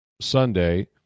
Sunday